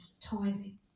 tithing